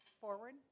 Forward